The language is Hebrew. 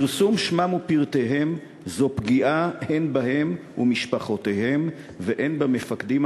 פרסום שמם ופרטיהם זה פגיעה הן בהם ומשפחותיהם והן במפקדים